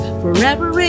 forever